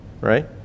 Right